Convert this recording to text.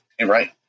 right